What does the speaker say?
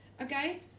okay